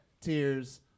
tears